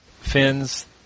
fins